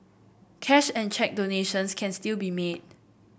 cash and cheque donations can still be made